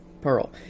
Pearl